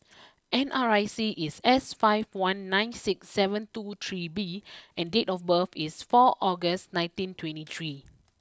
N R I C is S five one nine six seven two three B and date of birth is four August nineteen twenty three